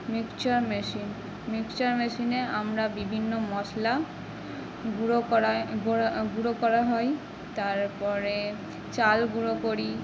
mister machine mixture মেশিনে আমরা বিভিন্ন মশলা গুঁড়ো করায় গুঁড়া গুঁড়ো করা হয় তারপরে চাল গুঁড়ো করি